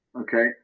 Okay